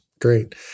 Great